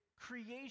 creation